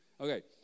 Okay